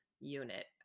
unit